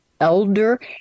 elder